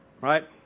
right